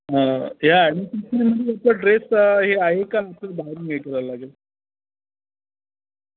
ते ड्रेस हे आहे का बाहेरून हे करावं लागेल